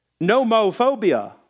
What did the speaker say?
nomophobia